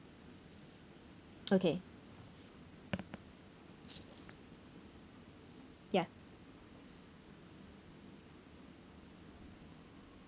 okay ya